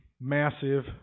massive